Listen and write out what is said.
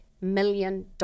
million